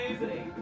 amazing